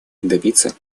добиться